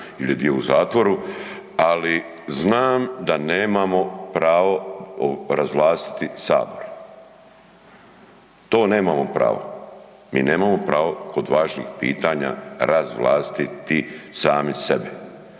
ili je dio u zatvoru ali znam da nemamo pravo razvlastiti Sabor. To nemamo pravo. Mi nemamo pravo kod važni pitanja razvlastiti sami sebe.